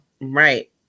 Right